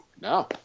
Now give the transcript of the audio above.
no